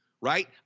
right